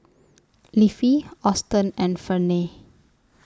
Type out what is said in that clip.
Leafy Auston and Ferne